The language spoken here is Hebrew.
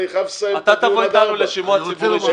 אני חייב לסיים את הדיון עד 16:00. אתה תבוא אתנו לשימוע ציבורי,